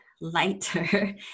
lighter